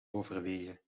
overwegen